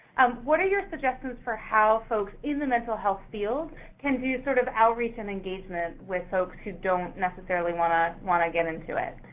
what are your suggestions for how folks in the mental health field can do sort of outreach and engagement with folks who necessarily wanna wanna get into it?